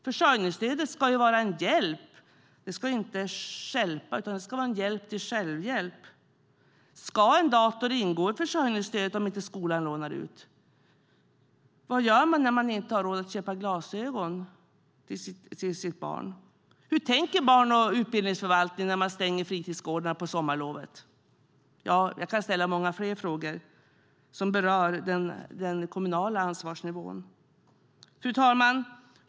Försörjningsstödet ska vara en hjälp till självhjälp - inte stjälpa. Ska en dator ingå i försörjningsstödet om inte skolan lånar ut en? Vad gör man när man inte har råd att köpa glasögon till sitt barn? Hur tänker barn och utbildningsförvaltningen när man stänger fritidsgårdarna på sommarlovet? Jag kan ställa många fler frågor som berör den kommunala ansvarsnivån. Fru talman!